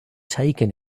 taken